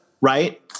Right